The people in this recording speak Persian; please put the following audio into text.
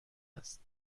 است